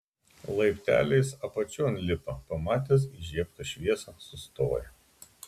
laipteliais apačion lipa pamatęs įžiebtą šviesą sustoja